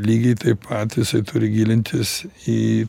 lygiai taip pat jisai turi gilintis į